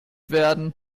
werden